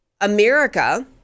America